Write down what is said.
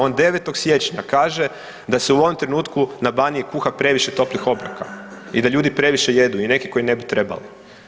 On 9. siječnja kaže da se u ovom trenutku na Baniji kuha previše toplih obroka i da ljudi previše jedu i neki koji ne bi trebali.